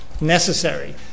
necessary